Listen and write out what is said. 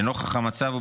לנוכח המצב האמור,